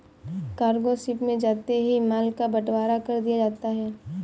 cargo ship में जाते ही माल का बंटवारा कर दिया जाता है